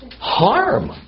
harm